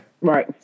Right